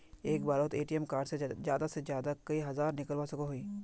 एक बारोत ATM card से ज्यादा से ज्यादा कई हजार निकलवा सकोहो ही?